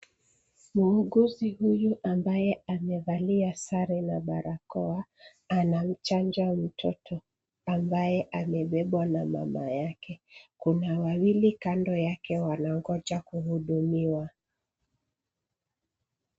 Muuguzi huyu ambaye amevalia sare na barakoa, anamchanja mtoto ambaye amebebwa na mama yake. Kuna wawili kando yake wanangoja kuhudumuwa.